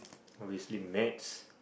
obviously maths